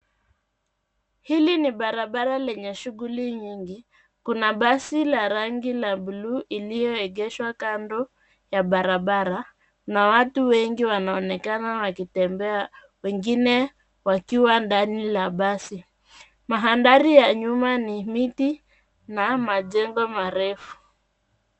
Hili ni barabara lenye shughuli nyingi. Kuna basi la rangi la buluu iliyoegeshwa kando ya barabara. Na watu wengi wanaonekana wakitembea, wengine wakiwa ndani la basi. Mandhari ya nyuma ni miti na majengo marefu.